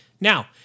Now